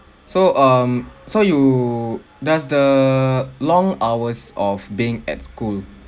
so um so you that's the long hours of being at school